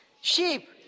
Sheep